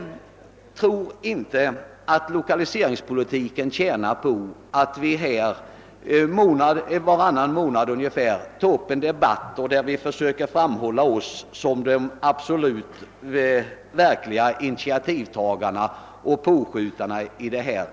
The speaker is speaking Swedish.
Jag tror inte att lokaliseringspolitiken tjänar på att vi ungefär varannan månad tar upp en debatt, där vi försöker framhålla oss själva som de verkliga initiativtagarna och pådrivarna i detta sammanhang.